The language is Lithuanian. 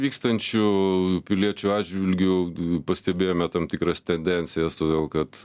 vykstančių piliečių atžvilgiu pastebėjome tam tikras tendencijas todėl kad